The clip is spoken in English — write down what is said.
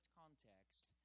context